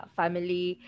family